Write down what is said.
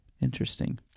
Interesting